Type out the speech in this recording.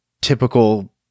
typical